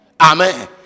Amen